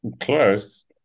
Close